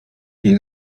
nie